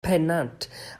pennant